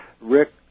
Rick